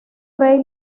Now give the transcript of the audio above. rey